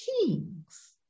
kings